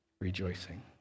rejoicing